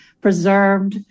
preserved